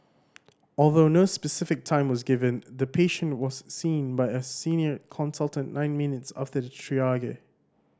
although no specific time was given the patient was seen by a senior consultant nine minutes after the triage